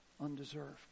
undeserved